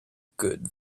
good